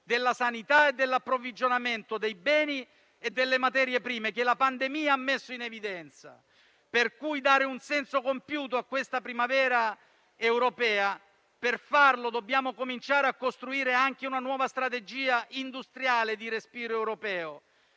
della sanità e dell'approvvigionamento dei beni e delle materie prime, che la pandemia ha messo in evidenza. Per dare un senso compiuto a questa primavera europea dobbiamo cominciare a costruire anche una nuova strategia industriale di respiro europeo.